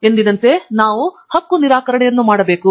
ಎಂದಿನಂತೆ ನಾವು ಹಕ್ಕು ನಿರಾಕರಣೆಯನ್ನು ಮಾಡಬೇಕು